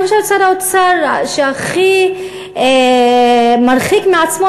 אני חושבת שר האוצר שהכי מרחיק מעצמו